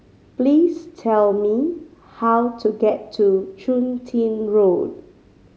please tell me how to get to Chun Tin Road